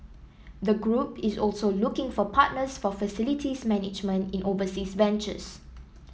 the group is also looking for partners for facilities management in overseas ventures